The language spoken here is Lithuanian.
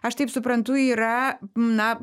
aš taip suprantu yra na